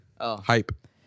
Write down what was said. Hype